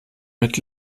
mit